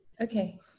okay